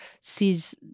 sees